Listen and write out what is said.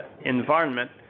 environment